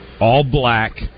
all-black